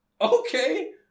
okay